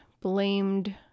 blamed